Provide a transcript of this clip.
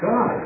God